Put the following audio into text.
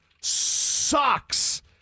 Sucks